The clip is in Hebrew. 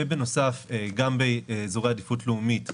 ובנוסף גם באזורי עדיפות לאומית בצפון.